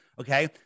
okay